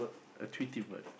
a Tweety bird